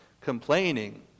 complaining